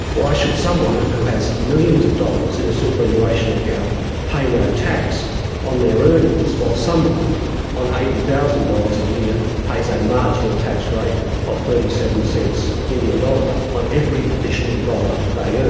why should someone who has millions of dollars in a superannuation account pay no tax on their earnings while someone on eighty thousand dollars a year pays a marginal tax rate of thirty seven cents in the dollar on every additional dollar they earn?